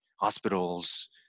hospitals